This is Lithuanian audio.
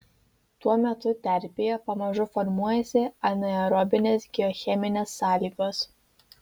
tuo metu terpėje pamažu formuojasi anaerobinės geocheminės sąlygos